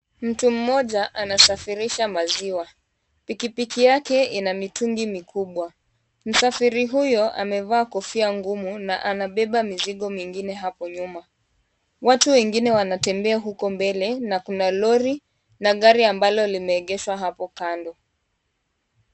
Mtu mmoja anasafirisha maziwa, pikipiki yake ina mitungi mikubwa, msafiri huyo amevaa kofia ngumu na anabeba mizigo mengine hapo nyuma. Watu wengine wanatembea huko mbele na kuna lori na gari ambalo limeegeshwa hapo kando.